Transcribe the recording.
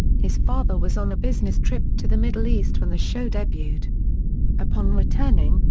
his father was on a business trip to the middle east when the show debuted upon returning,